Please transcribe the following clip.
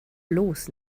bloß